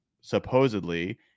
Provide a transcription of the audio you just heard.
supposedly